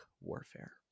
warfare